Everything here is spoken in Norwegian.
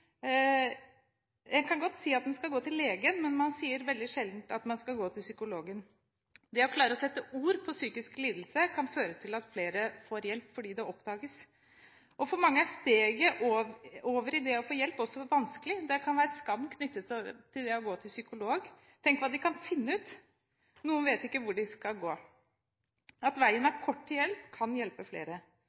en skal gå til legen, men man sier veldig sjelden at man skal gå til psykologen. Det å klare å sette ord på psykisk lidelse kan føre til at flere får hjelp, fordi det oppdages. For mange er steget over i det å få hjelp også vanskelig. Det kan være skam knyttet til det å gå til psykolog – tenk hva de kan finne ut. Noen vet ikke hvor de skal gå. At veien er kort til hjelp, kan hjelpe flere.